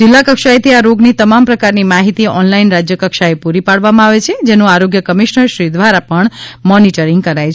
જિલ્લા કક્ષાએથી આ રોગની તમામ પ્રકારની માહિતી ઓનલાઇન રાજ્ય કક્ષાએ પૂરી પાડવામાં આવે છે જેનું આરોગ્ય કમિશનર શ્રી દ્વારા પણ મોનિટરિંગ કરાય છે